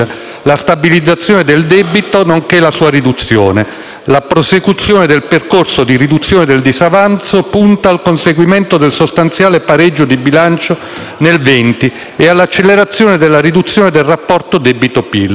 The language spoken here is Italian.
la stabilizzazione del debito nonché la sua riduzione. La prosecuzione del percorso di riduzione del disavanzo punta al conseguimento del sostanziale pareggio di bilancio nel 2020 e all'accelerazione della riduzione del rapporto debito-PIL».